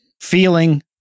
feeling